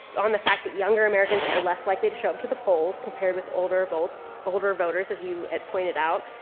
on the fact that younger americans are less likely to show up to the polls compared with older votes, older voters as you had pointed out.